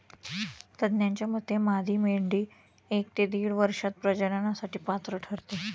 तज्ज्ञांच्या मते मादी मेंढी एक ते दीड वर्षात प्रजननासाठी पात्र ठरते